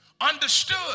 understood